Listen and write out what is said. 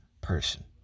person